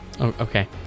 Okay